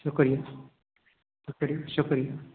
शुक्रिया शुक शुक्रिया